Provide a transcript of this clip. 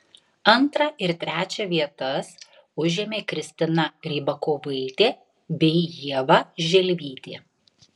antrą ir trečią vietas užėmė kristina rybakovaitė bei ieva želvytė